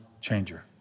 changer